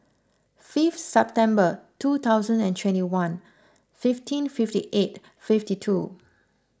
fifth September two thousand and twenty one fifteen fifty eight fifty two